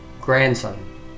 grandson